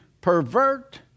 pervert